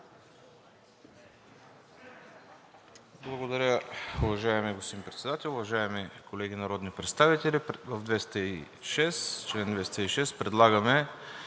Благодаря, уважаеми господин Председател. Уважаеми колеги народни представители! В чл. 206 предлагаме